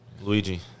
Luigi